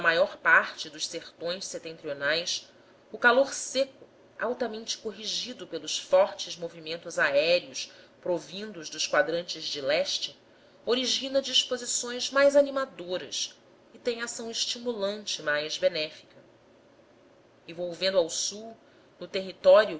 maior parte dos sertões setentrionais o calor seco altamente corrigido pelos fortes movimentos aéreos provindos dos quadrantes de leste origina disposições mais animadoras e tem ação estimulante mais benéfica e volvendo ao sul no território